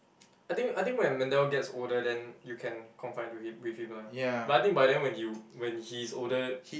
I think I think when Mendel gets older then you can confide with him with him ah but I think by then when you when he's older